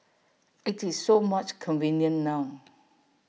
IT is so much convenient now